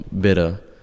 Bitter